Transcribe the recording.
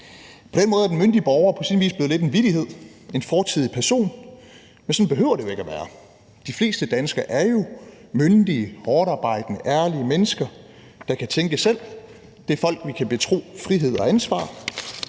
På den måde er den myndige borger på sin vis blevet lidt en vittighed, en fortidig person. Men sådan behøver det jo ikke at være. De fleste danskere er jo myndige, hårdtarbejdende, ærlige mennesker, der kan tænke selv. Det er folk, vi kan betro frihed og ansvar.